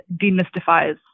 demystifies